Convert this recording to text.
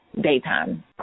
daytime